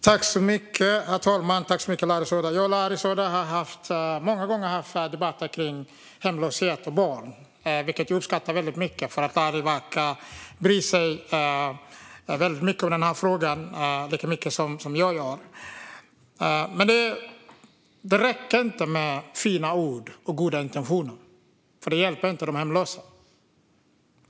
Herr talman! Larry Söder har debatterat hemlöshet och barn många gånger. Jag uppskattar det, för han verkar bry sig lika mycket som jag i denna fråga. Men det räcker inte med fina ord och goda intentioner, för det hjälper inte de hemlösa.